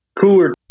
cooler